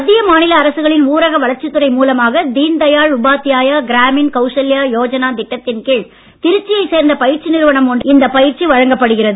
மத்திய மாநில அரசுகளின் ஊரக வளர்ச்சித் துறை மூலமாக தீன்தயாள் உபாத்யாயா கிராமீண் கௌசல்யா யோஜனா திட்டத்தின் கீழ் திருச்சியைச் சேர்ந்த பயிற்சி நிறுவனம் ஒன்றின் மூலம் இந்த பயிற்சி வழங்கப்படுகிறது